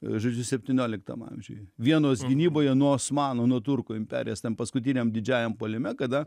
žodžiu septynioliktam amžiuj vienos gynyboje nuo osmanų nuo turkų imperijos ten paskutiniam didžiajam puolime kada